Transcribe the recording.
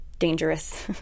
dangerous